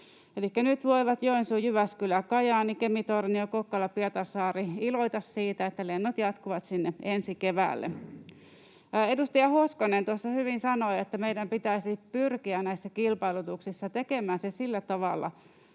nyt voivat Joensuu, Jyväskylä, Kajaani, Kemi-Tornio ja Kokkola-Pietarsaari iloita siitä, että lennot jatkuvat sinne ensi keväälle. Edustaja Hoskonen tuossa hyvin sanoi, että meidän pitäisi pyrkiä näissä kilpailutuksissa tekemään ne sillä tavalla,